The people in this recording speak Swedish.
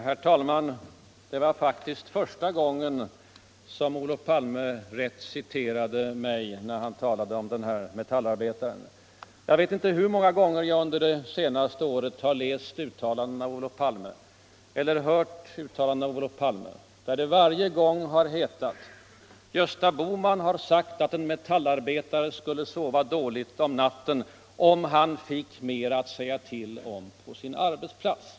Herr talman! Det var faktiskt första gången som Olof Palme citerade mig rätt när han talade om den där metallarbetaren. Jag vet inte hur många gånger jag under det senaste året har läst eller hört uttalanden av Olof Palme, där det varje gång har hetat: Gösta Bohman har sagt att en metallarbetare skulle sova dåligt om natten om han fick mer att säga till om på sin arbetsplats.